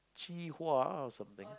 Qihua! or something